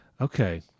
Okay